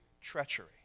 treachery